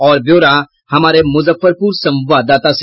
और ब्योरा हमारे मुजफ्फरपुर संवाददाता से